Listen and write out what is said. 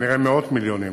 כנראה מאות מיליונים,